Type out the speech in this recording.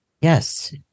yes